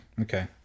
Okay